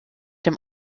dem